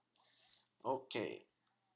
okay